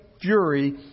fury